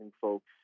folks